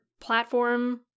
platform